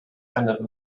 eine